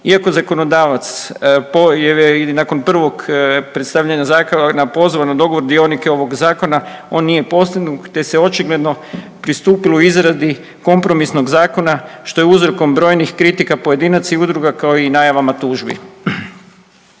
iako je zakonodavac i nakon prvog predstavljanja zakona pozvao na dogovor dionike ovog zakona on nije postignut, te se očigledno pristupilo izradi kompromisnog zakona što je uzrokom brojnih kritika pojedinaca i udruga kao i najavama tužbi.